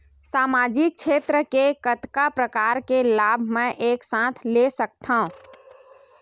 सामाजिक क्षेत्र के कतका प्रकार के लाभ मै एक साथ ले सकथव?